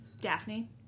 Daphne